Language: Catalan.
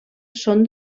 són